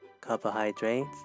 carbohydrates